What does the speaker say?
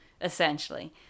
essentially